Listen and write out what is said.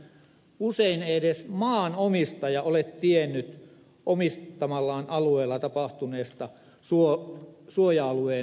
usein edes maanomistaja ei ole tiennyt omistamallaan alueella tapahtuneesta suoja alueen laajennuksesta